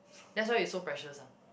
that's why you so precious ah